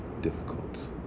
difficult